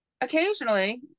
Occasionally